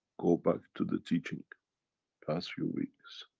go back to the teaching past few weeks.